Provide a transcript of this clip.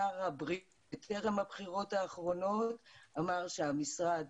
טרם הבחירות האחרונות שר הבריאות אמר שהמשרד